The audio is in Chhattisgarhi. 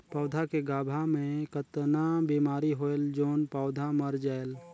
पौधा के गाभा मै कतना बिमारी होयल जोन पौधा मर जायेल?